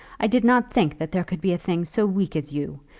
i did not think that there could be a thing so weak as you.